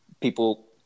people